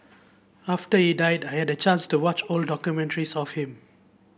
after he died I had the chance to watch old documentaries of him